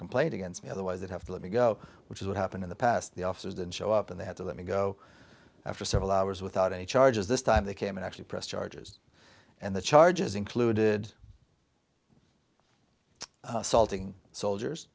complaint against me otherwise they'd have to let me go which is what happened in the past the officers didn't show up and they had to let me go after several hours without any charges this time they came and actually pressed charges and the charges included salting soldiers